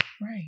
Right